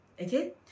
okay